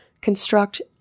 construct